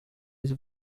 his